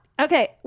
Okay